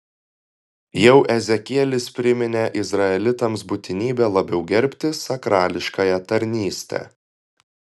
jau ezekielis priminė izraelitams būtinybę labiau gerbti sakrališkąją tarnystę